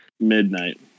Midnight